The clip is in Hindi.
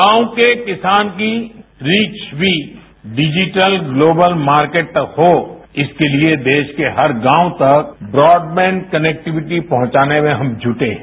गांव के किसान की रीच भी डिजिटली ग्लोबल मार्केटस तक हो इसके लिए देश के हर गांव तक ब्रॉडबैंड कनेक्टिविटी पहुंचाने में हम जुटे हैं